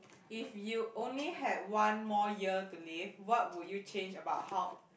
if you only had one more year to live what would you change about how